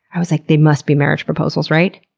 i was like, they must be marriage proposals, right?